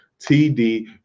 TD